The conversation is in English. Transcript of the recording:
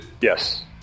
yes